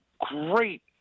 great